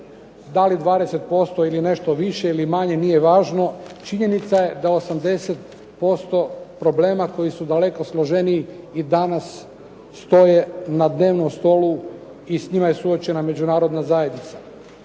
da li 20% ili nešto više ili manje nije važno. Činjenica je da 80% problema koji su daleko složeniji i danas stoje na dnevnom stolu i s njima je suočena Međunarodna zajednica.